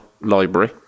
library